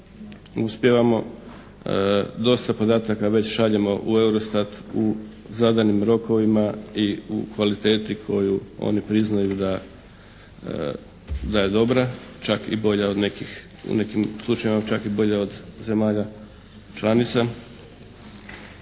uspijevamo. Dosta podataka već šaljemo u EUROSTAT u zadanim rokovima i u kvaliteti koju oni priznaju da je dobra, čak i bolja u nekim slučajevima, čak i bolja od zemalja članica.